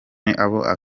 abo